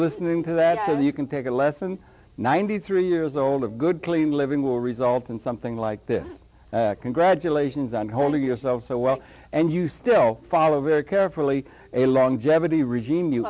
listening to that so you can take a lesson ninety three years old a good clean living will result in something like this congratulations on holding yourself so well and you still follow very carefully a long jeopardy regime you